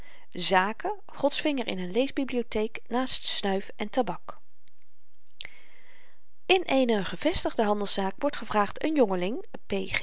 amsterdam zaken gods vinger in n leesbibliotheek naast snuif en tabak in eene gevestigde handelszaak wordt gevraagd een